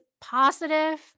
positive